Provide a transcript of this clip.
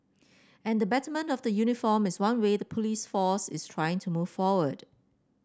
and the betterment of the uniform is one way the police force is trying to move forward